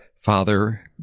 father